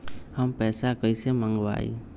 हम पैसा कईसे मंगवाई?